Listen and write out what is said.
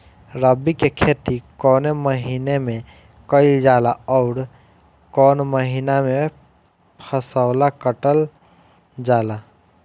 रबी की खेती कौने महिने में कइल जाला अउर कौन् महीना में फसलवा कटल जाला?